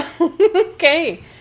okay